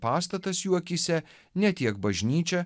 pastatas jo akyse ne tiek bažnyčia